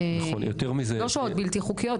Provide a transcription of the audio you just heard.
לא שוהות בלתי חוקיות,